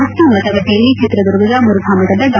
ಹಟ್ಟಿ ಮತಗಟ್ಟೆಯಲ್ಲಿ ಚಿತ್ರದುರ್ಗದ ಮುರುಘಾ ಮಠದ ಡಾ